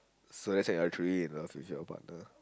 so that's like you're truly in love with your partner